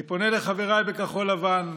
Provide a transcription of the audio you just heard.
אני פונה לחבריי בכחול לבן: